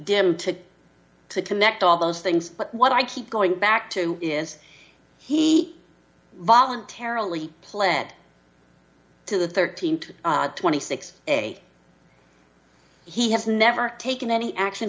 dim to connect all those things but what i keep going back to is he voluntarily pled to the thirteen to twenty six a he has never taken any action